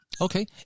Okay